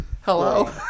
Hello